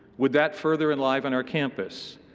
would that further enliven our campus?